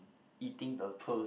eating the pearl